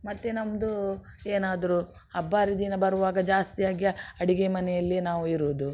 ಮತ್ತು ನಮ್ಮದು ಏನಾದರೂ ಹಬ್ಬ ಹರಿದಿನ ಬರುವಾಗ ಜಾಸ್ತಿಯಾಗಿ ಅಡುಗೆ ಮನೆಯಲ್ಲೇ ನಾವು ಇರುವುದು